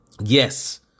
Yes